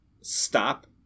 stop